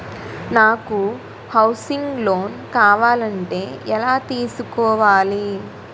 నాకు housing loan కావాలంటే ఎలా తీసుకోవాలి?